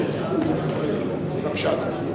בבקשה.